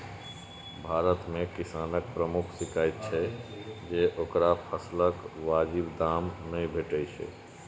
भारत मे किसानक प्रमुख शिकाइत छै जे ओकरा फसलक वाजिब दाम नै भेटै छै